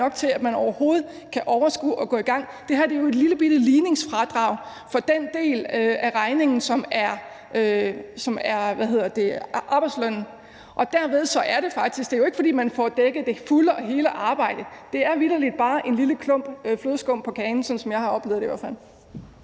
nok til, at man overhovedet kan overskue at gå i gang. Det her er jo et lille bitte ligningsfradrag for den del af regningen, som er arbejdsløn. Det er jo ikke, fordi man får dækket det fulde og hele arbejde. Det er vitterlig bare en lille klump flødeskum på kagen, sådan som jeg i hvert fald